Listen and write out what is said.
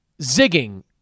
zigging